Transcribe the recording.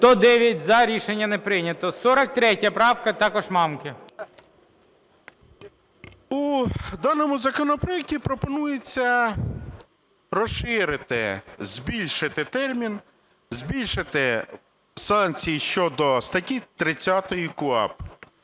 У даному законопроекті пропонується розширити, збільшити термін, збільшити санкції щодо статті 30 КУпАП.